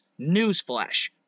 Newsflash